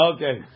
Okay